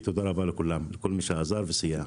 תודה רבה לכולם, לכל מי שעזר וסייע.